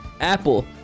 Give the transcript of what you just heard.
Apple